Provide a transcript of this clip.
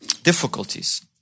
difficulties